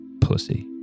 pussy